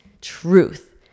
truth